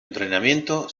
entrenamiento